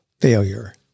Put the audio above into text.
failure